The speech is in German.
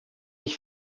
ich